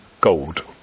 gold